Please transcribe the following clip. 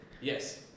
Yes